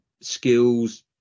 skills